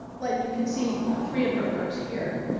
like and you can see three of her works here.